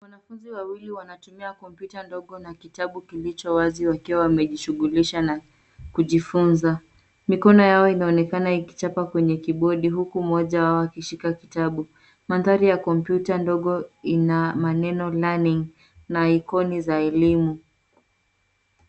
Wanafunzi wawili wanatumia kompyuta ndogo na kitabu kilichowazi wakiwa wamejishugulisha na kijifunza. Mikono yao inaonekana ikichapa kwenye kibodi huku moja wao akishika kitabu. Mandhari ya kompyuta ndogo ina maneno cs[learning]cs na ikoni za elimu.